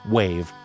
wave